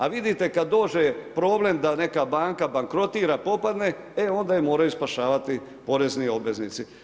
A vidite kada dođe problem da neka banka bankrotira, propadne, e onda je moraju spašavati porezni obveznici.